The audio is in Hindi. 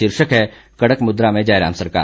शीर्षक है कड़क मुद्रा में जयराम सरकार